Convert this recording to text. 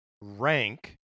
rank